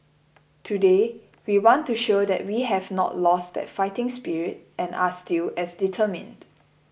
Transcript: today we want to show that we have not lost that fighting spirit and are still as determined